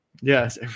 Yes